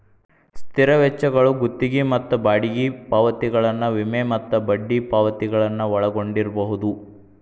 ಸ್ಥಿರ ವೆಚ್ಚಗಳು ಗುತ್ತಿಗಿ ಮತ್ತ ಬಾಡಿಗಿ ಪಾವತಿಗಳನ್ನ ವಿಮೆ ಮತ್ತ ಬಡ್ಡಿ ಪಾವತಿಗಳನ್ನ ಒಳಗೊಂಡಿರ್ಬಹುದು